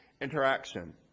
interaction